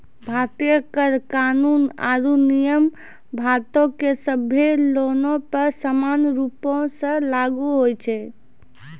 भारतीय कर कानून आरु नियम भारतो के सभ्भे लोगो पे समान रूपो से लागू होय छै